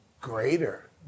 greater